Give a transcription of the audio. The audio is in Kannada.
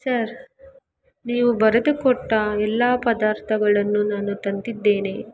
ಸರ್ ನೀವು ಬರೆದುಕೊಟ್ಟ ಎಲ್ಲ ಪದಾರ್ಥಗಳನ್ನು ನಾನು ತಂದಿದ್ದೇನೆ